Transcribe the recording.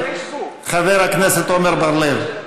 חבר הכנסת עמר בר-לב.